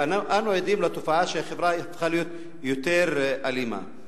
ואנחנו עדים לתופעה שהחברה הפכה להיות יותר אלימה.